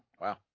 Wow